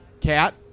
Cat